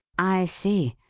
i see.